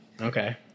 Okay